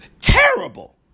terrible